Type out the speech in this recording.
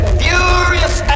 furious